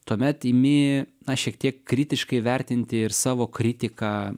tuomet imi na šiek tiek kritiškai vertinti ir savo kritiką